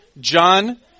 John